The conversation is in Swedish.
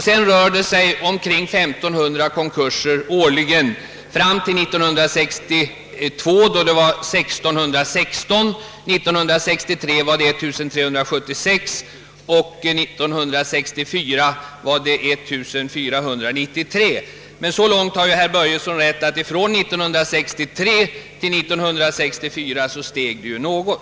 Sedan rör det sig om ungefär 1500 konkurser årligen fram till år 1962, då de var 1616. år 1963 var antalet 1376 och år 1964 var det 1 493. Så långt har dock herr Börjesson rätt, att antalet från år 1963 till år 1964 steg något.